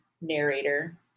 narrator